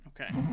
Okay